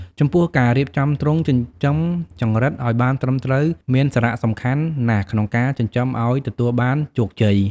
ចំពោះការរៀបចំទ្រុងចិញ្ចឹមចង្រិតឱ្យបានត្រឹមត្រូវមានសារៈសំខាន់ណាស់ក្នុងការចិញ្ចឹមឱ្យទទួលបានជោគជ័យ។